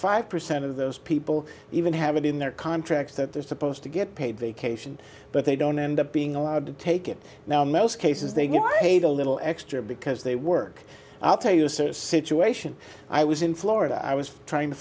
five percent of those people even have it in their contracts that they're supposed to get paid vacation but they don't end up being allowed to take it now in most cases they get paid a little extra because they work i'll tell you the service situation i was in florida i was trying to